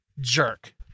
Jerk